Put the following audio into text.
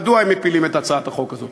מדוע הם מפילים את הצעת החוק הזאת.